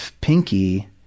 pinky